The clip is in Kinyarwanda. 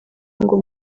ngo